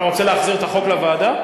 אתה רוצה להחזיר את החוק לוועדה?